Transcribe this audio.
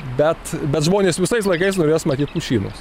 bet bet žmonės visais laikais norės matyt pušynus